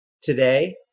today